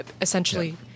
Essentially